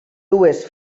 dues